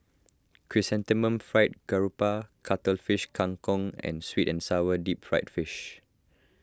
Chrysanthemum Fried Garoupa Cuttlefish Kang Kong and Sweet and Sour Deep Fried Fish